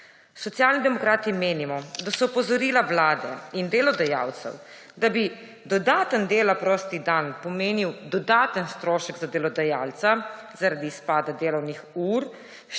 Socialni demokrati menimo, da so opozorila Vlade in delodajalcev, da bi dodaten dela prost dan pomenil dodaten strošek za delodajalca zaradi izpada delovnih ur,